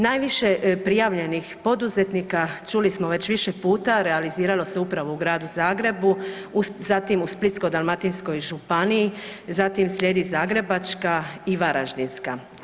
Najviše prijavljenih poduzetnika, čuli smo već više puta, realiziralo se upravo u gradu Zagrebu, zatim u Splitsko-dalmatinskoj županiji, zatim slijedi Zagrebačka i Varaždinska.